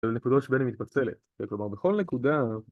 לנקודות שבהן היא מתפצלת, כלומר בכל נקודה